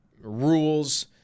rules